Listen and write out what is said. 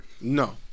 No